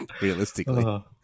Realistically